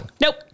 Nope